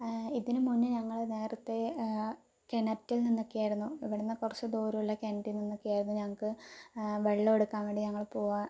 ഇതിന് മുന്നേ ഞങ്ങള് നേരത്തേ കിണറ്റിൽ നിന്നൊക്കെയായിരുന്നു ഇവിടുന്ന് കുറച്ച് ദൂരമുള്ള കിണറ്റിൽ നിന്നൊക്കെയായിരുന്നു ഞങ്ങൾക്ക് വെള്ളമെടുക്കാൻ വേണ്ടി ഞങ്ങള് പോവുക